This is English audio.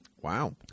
Wow